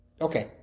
Okay